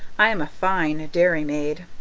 i'm a fine dairy-maid!